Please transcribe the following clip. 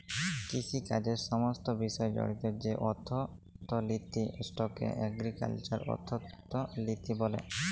কিষিকাজের সমস্ত বিষয় জড়িত যে অথ্থলিতি সেটকে এগ্রিকাল্চারাল অথ্থলিতি ব্যলে